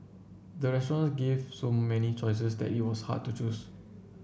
the restaurant gave so many choices that it was hard to choose